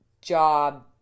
job